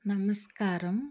నమస్కారం